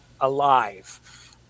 alive